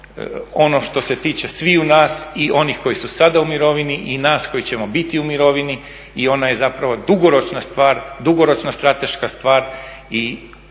ono što se tiče sviju nas i onih koji su sada u mirovini i nas koji ćemo biti u mirovini i ona je zapravo dugoročna stvar, dugoročna strateška stvar i